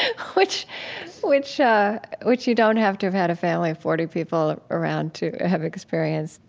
which which yeah which you don't have to have had a family of forty people around to have experienced.